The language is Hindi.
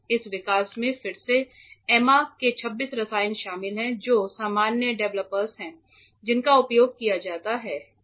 इस विकास में फिर से एम्मा के 26 रसायन शामिल हैं जो सामान्य डेवलपर्स हैं जिनका उपयोग किया जाता है